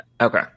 okay